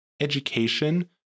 education